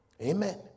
Amen